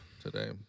Today